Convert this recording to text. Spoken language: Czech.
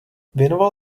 věnoval